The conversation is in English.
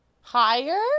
higher